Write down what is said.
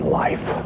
life